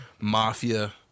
mafia